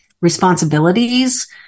responsibilities